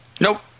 nope